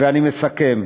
ואני מסכם,